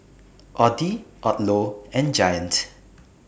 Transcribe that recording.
Audi Odlo and Giant